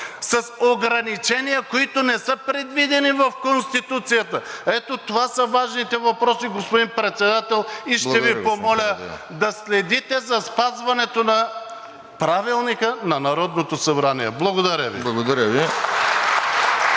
с ограничения, които не са предвидени в Конституцията. Ето това са важните въпроси, господин Председател, и ще Ви помоля да следите за спазването на Правилника на Народното събрание. Благодаря Ви.